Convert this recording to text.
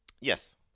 Yes